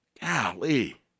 Golly